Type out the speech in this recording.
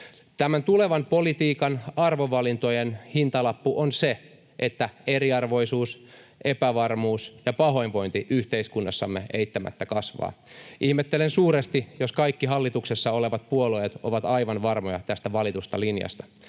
Tämän tulevan politiikan arvovalintojen hintalappu on se, että eriarvoisuus, epävarmuus ja pahoinvointi yhteiskunnassamme eittämättä kasvaa. Ihmettelen suuresti, jos kaikki hallituksessa olevat puolueet ovat aivan varmoja tästä valitusta linjasta.